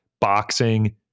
boxing